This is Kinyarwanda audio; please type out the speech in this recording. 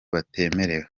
batemerewe